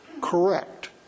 correct